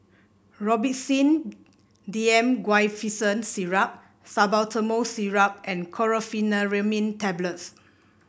Robitussin D M Guaiphenesin Syrup Salbutamol Syrup and Chlorpheniramine Tablets